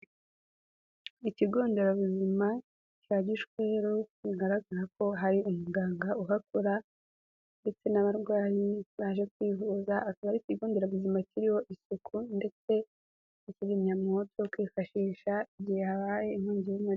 Ikigo Nderabuzima cya Gishweru bigaragara ko hari umuganga uhakora. ndetse n'abarwayi baje kwivuza, akaba Ikigo Nderabuzima kiriho isuku ndetse na kizimyamoto yo kwifashisha igihe habaye inkongi y'umuriro.